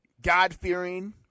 God-fearing